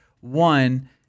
one